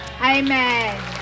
amen